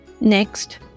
Next